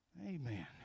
Amen